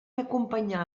acompanyà